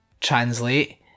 translate